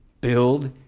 build